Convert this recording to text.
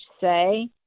say